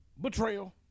betrayal